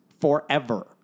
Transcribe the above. forever